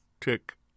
tick